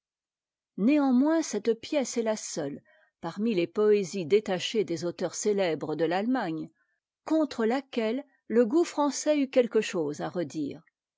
néanmoins cette pièce est la seule parmi les poésies détachées des auteurs célèbres de l'allemagne contre laquelle le goût français eût quelque chose à redire